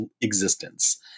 existence